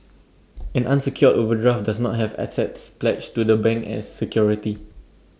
an unsecured overdraft does not have assets pledged to the bank as security